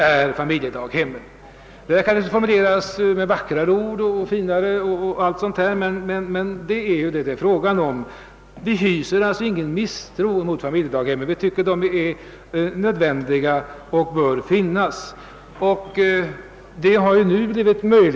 Den inställningen kan naturligtvis formuleras med vackrare ord, men detta är vad det är fråga om. Vi hyser ingen misstro mot familjedaghemmen; vi anser att de är nödvändiga och bör finnas.